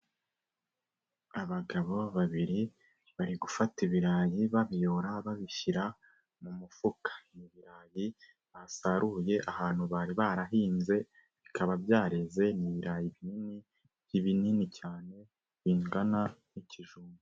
Abagabo babiri bari gufata ibirayi babiyobora babishyira mu mufuka, ni ibirayi basaruye ahantu bari barahinze bikaba byareze n'ibirayi binini cyane, bingana nk'ikijumba.